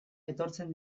etortzen